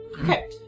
Okay